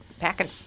packing